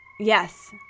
Yes